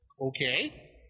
okay